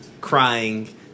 Crying